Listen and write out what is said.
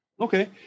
Okay